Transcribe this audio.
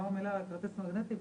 על נושא הכרטיס המגנטי.